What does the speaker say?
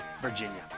Virginia